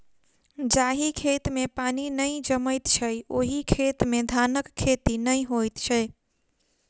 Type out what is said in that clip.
जाहि खेत मे पानि नै जमैत छै, ओहि खेत मे धानक खेती नै होइत छै